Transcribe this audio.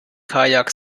kajak